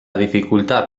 dificultat